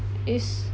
is